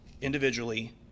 individually